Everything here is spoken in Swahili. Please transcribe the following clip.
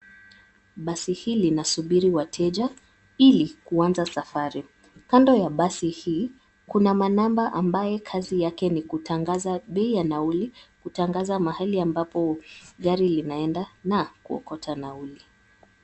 Basi hili linasubiri wateja ili kuanza safari kando ya basi hii kuna manamba ambaye kazi yake ni kutangaza bei ya nauli kutangaza mahali ambapo gari linaenda na kuokota nauli.